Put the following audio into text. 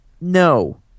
no